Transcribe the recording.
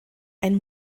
ein